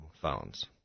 phones